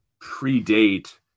predate